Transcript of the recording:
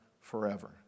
forever